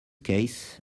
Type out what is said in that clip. case